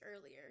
earlier